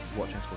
watching